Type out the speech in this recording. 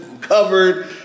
covered